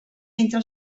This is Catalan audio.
entre